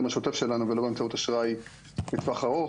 השוטף שלנו ולא באמצעות אשראי לטווח ארוך.